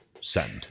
Send